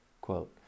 Quote